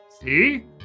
See